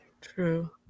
True